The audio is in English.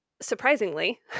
surprisingly